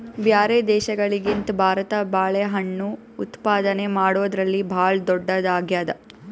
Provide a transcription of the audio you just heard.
ಬ್ಯಾರೆ ದೇಶಗಳಿಗಿಂತ ಭಾರತ ಬಾಳೆಹಣ್ಣು ಉತ್ಪಾದನೆ ಮಾಡದ್ರಲ್ಲಿ ಭಾಳ್ ಧೊಡ್ಡದಾಗ್ಯಾದ